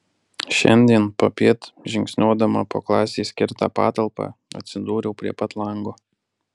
šiandien popiet žingsniuodama po klasei skirtą patalpą atsidūriau prie pat lango